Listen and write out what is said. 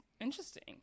interesting